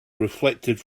reflected